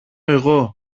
εγώ